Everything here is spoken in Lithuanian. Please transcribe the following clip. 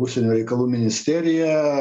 užsienio reikalų ministerija